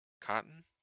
cotton